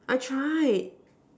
I tried